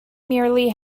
merely